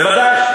בוודאי.